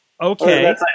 okay